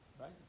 right